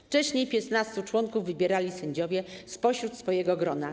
Wcześniej 15 członków wybierali sędziowie spośród swojego grona.